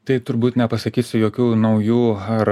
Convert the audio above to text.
tai turbūt nepasakysiu jokių naujų ar